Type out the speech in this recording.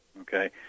okay